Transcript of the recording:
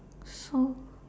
so